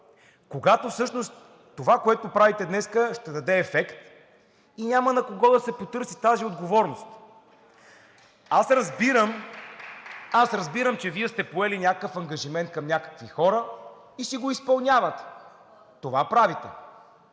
когато всъщност това, което правите днес, ще даде ефект, и няма на кого да се потърси тази отговорност. (Ръкопляскания от ГЕРБ-СДС.) Аз разбирам, че Вие сте поели някакъв ангажимент към някакви хора и си го изпълнявате – това правите,